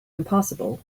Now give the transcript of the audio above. impossible